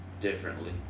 differently